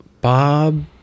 Bob